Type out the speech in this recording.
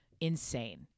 insane